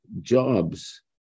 jobs